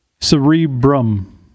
Cerebrum